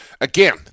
again